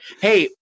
hey